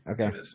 Okay